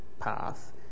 path